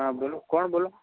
હા બોલો કોણ બોલો